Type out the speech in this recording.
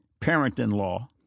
parent-in-law